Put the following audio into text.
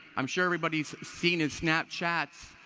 i'm sure everybody's seen his snapchats,